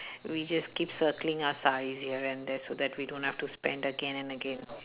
we just keep circling our sarees here and there so we don't have to spend again and again